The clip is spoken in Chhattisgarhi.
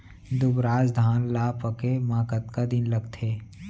दुबराज धान ला पके मा कतका दिन लगथे?